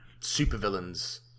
supervillains